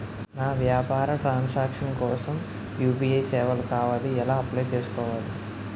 నా వ్యాపార ట్రన్ సాంక్షన్ కోసం యు.పి.ఐ సేవలు కావాలి ఎలా అప్లయ్ చేసుకోవాలి?